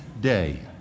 day